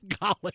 college